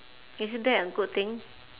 isn't that a good thing